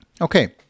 Okay